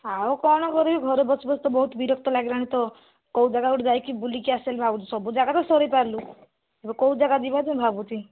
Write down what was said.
ଆଉ କ'ଣ କରିବି ଘରେ ବସି ବସି ତ ବହୁତ ବିରକ୍ତି ଲାଗିଲାଣି ତ କେଉଁ ଜାଗା ଗୋଟେ ଯାଇକି ବୁଲିକି ଆସିବି ବୋଲି ଭାବୁଛି ସବୁ ଜାଗା ତ ସରେଇ ସାରିଲୁ କେଉଁ ଜାଗା ଯିବୁ ବୋଲି ଭାବୁଛୁ